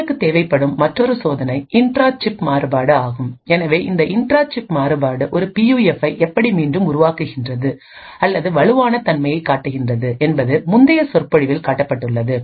எங்களுக்குத் தேவைப்படும் மற்றொரு சோதனை இன்ட்ரா சிப் மாறுபாடு ஆகும் எனவே இந்த இன்ட்ரா சிப் மாறுபாடு ஒரு பியூஎஃப்பை எப்படி மீண்டும் உருவாக்குகிறது அல்லது வலுவான தன்மையைக் காட்டுகிறது என்பது முந்தைய சொற்பொழிவில் காட்டப்பட்டுள்ளது